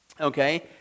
okay